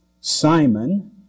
Simon